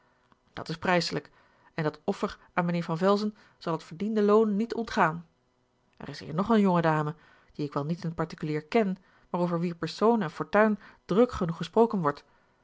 dat is prijselijk en dat offer aan mijnheer van velzen zal het verdiende loon niet ontgaan er is hier nog eene jonge dame die ik wel niet in t particulier ken maar over wier persoon en fortuin druk genoeg gesproken wordt